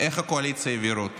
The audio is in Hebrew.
איך הקואליציה העבירה אותו.